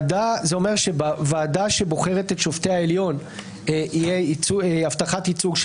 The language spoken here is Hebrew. אומר שבוועדה שבוחרת את שופטי העליון תהיה הבטחת ייצוג של